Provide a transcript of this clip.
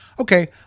Okay